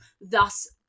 thus